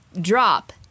drop